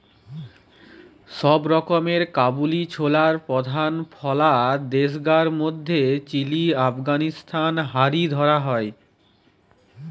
বড় রকমের কাবুলি ছোলার প্রধান ফলা দেশগার মধ্যে চিলি, আফগানিস্তান হারি ধরা হয়